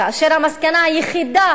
כאשר המסקנה היחידה